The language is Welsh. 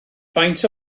faint